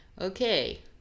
Okay